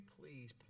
please